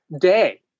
day